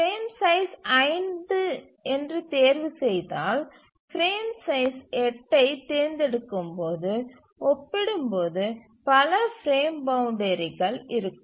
frame size 5 என்று தேர்வுசெய்தால் frame size 8 ஐத் தேர்ந்தெடுக்கும்போது ஒப்பிடும்போது பல பிரேம் பவுண்ட்றிகள் இருக்கும்